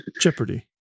Jeopardy